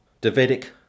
Davidic